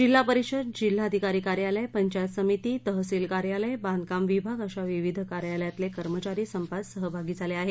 जिल्हा परिषद जिल्हाधिकारी कार्यालय पंचायत समिती तहसिल कार्यालय बांधकाम विभाग अशा विविध कार्यालयातले कर्मचारी संपात सहभागी झाले आहेत